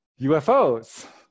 UFOs